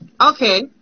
Okay